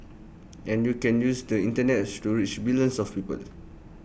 and you can use the Internet to reach billions of people